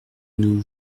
nous